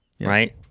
Right